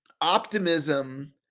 Optimism